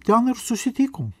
ten ir susitikom